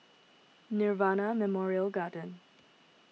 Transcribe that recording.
Nirvana Memorial Garden